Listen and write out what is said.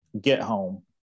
get-home